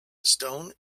stone